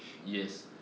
yes